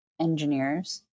engineers